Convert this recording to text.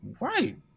Right